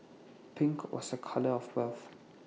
pink was A colour of health